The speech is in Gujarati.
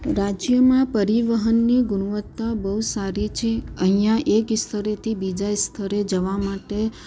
રાજ્યમાં પરિવહનની ગુણવત્તા બહુ સારી છે અહીંયા એક સ્થળેથી બીજાં સ્થળે જવા માટે